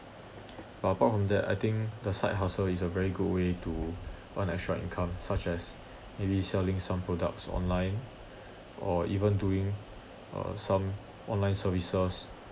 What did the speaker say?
but apart from that I think the side hustle is a very good way to earn extra income such as maybe selling some products online or even doing uh some online services